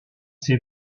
ses